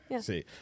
See